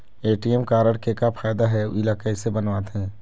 ATM card के का फायदा हे अऊ इला कैसे बनवाथे?